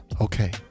Okay